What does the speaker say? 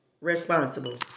responsible